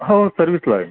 हो सर्विसला आहे